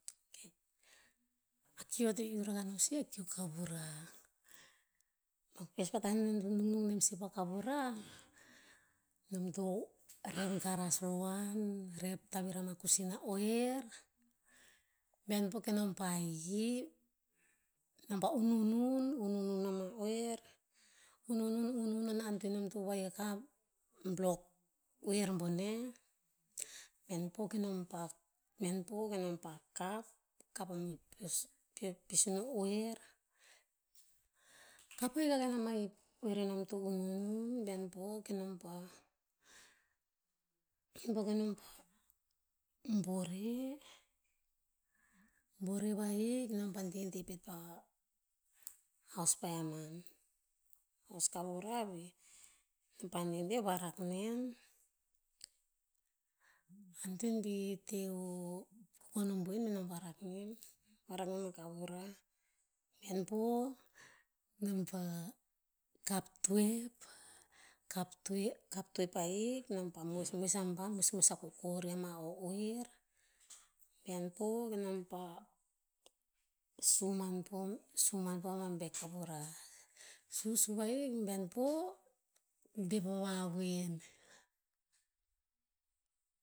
A kiu eo to iu rakah no sih a kiu kavura. A pespra tah e nom to nungnung nem sih pa kavura, nom to rep garas vovoan rep tavir ama kosin na uer, bihaen po kenom pa hihip. Nom pa ununun, ununun ama uer. Ununun ununun na antoen nom to vahik a block uer boneh. Behaen po kenom pa- behaen po kenom pa kap, kap ama peos, peos ino uer. Kap ahik akah ina ma hip uer nom to ununun bahaen o kenom pa bore, bore vahik no pa dede pet pa haus paiaman. Haus kavura veh, nom pa dede varak nen. Antoen bi te o kukon o boen be nom varak nen, varak nen a kavura. Behaen po, nom pa, kap toep, kap toe- kap toep ahik nom pa moesmoes aban moesmoes a kokori ama o uer. Behaen po kenom pah, su man po- su man po ama bek kavura. Susu vahik behaen po, de pa vavoen.